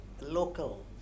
local